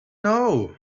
know